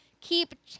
keep